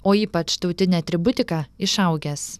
o ypač tautine atributika išaugęs